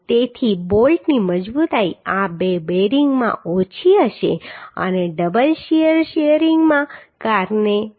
તેથી બોલ્ટની મજબૂતાઈ આ બે બેરિંગમાં ઓછી હશે અને ડબલ શીયરિંગને કારણે તે 50